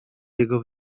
jego